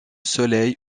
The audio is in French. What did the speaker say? soleil